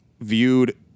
viewed